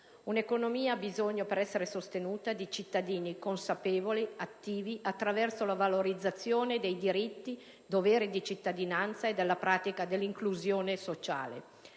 Un'economia che per essere sostenuta ha bisogno di cittadini consapevoli e attivi attraverso la valorizzazione dei diritti-doveri di cittadinanza e della pratica dell'inclusione sociale.